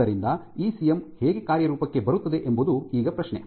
ಆದ್ದರಿಂದ ಇಸಿಎಂ ಹೇಗೆ ಕಾರ್ಯರೂಪಕ್ಕೆ ಬರುತ್ತದೆ ಎಂಬುದು ಈಗ ಪ್ರಶ್ನೆ